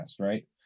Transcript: Right